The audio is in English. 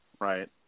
right